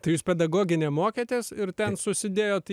tai jūs pedagoginiam mokėtės ir ten susidėjot į